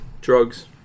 Drugs